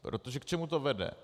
Protože k čemu to vede?